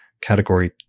Category